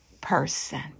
person